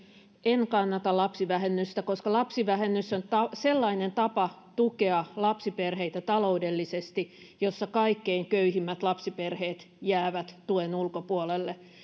en kannata lapsivähennystä koska lapsivähennys on sellainen tapa tukea lapsiperheitä taloudellisesti jossa kaikkein köyhimmät lapsiperheet jäävät tuen ulkopuolelle